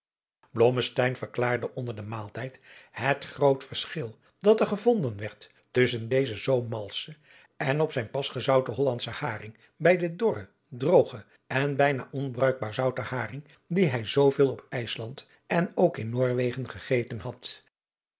verklaarde onder den maaltijd het groot verschil dat er gevonden werd tusschen dezen zoo malschen en op zijn pas gezouten hollandschen haring bij den dorren drpogen en bijna onbruikbaar zouten haring dien hij zoo veel op ijsland en ook in noorwegen gegeten had